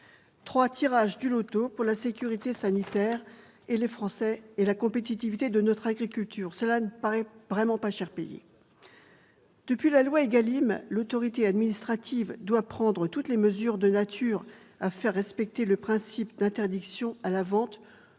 Trois tirages du Loto pour la sécurité sanitaire des Français et la compétitivité de notre agriculture, cela ne paraît vraiment pas cher payé. Depuis la loi ÉGALIM, l'autorité administrative doit prendre toutes les mesures de nature à faire respecter le principe d'interdiction à la vente